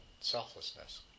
selflessness